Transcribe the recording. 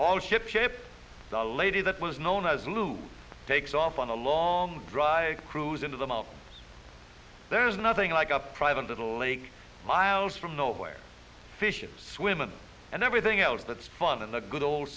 all shipshape the lady that was known as lou takes off on a long drive cruise into the mall there's nothing like a private little lake miles from nowhere fish swimming and everything else that's fun in the good ol